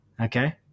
Okay